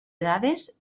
dades